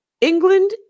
England